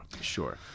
Sure